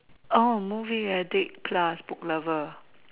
oh movie addict plus book lover